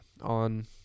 on